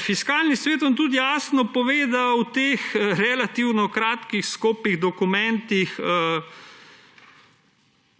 Fiskalni svet vam tudi jasno pove, da v teh relativno kratkih, skopih dokumentih